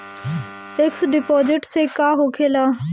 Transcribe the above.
Fix deposit से का होखे ला?